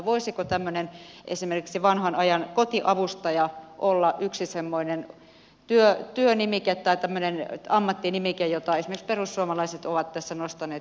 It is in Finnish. voisiko esimerkiksi tämmöinen vanhan ajan kotiavustaja olla yksi semmoinen työnimike tai ammattinimike jota esimerkiksi perussuomalaiset ovat tässä nostaneet keskustelussa esiin